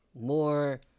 more